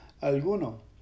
alguno